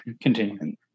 continue